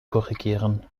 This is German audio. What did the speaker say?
korrigieren